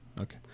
okay